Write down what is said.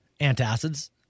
antacids